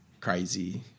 crazy